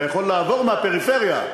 אתה יכול לעבור מהפריפריה,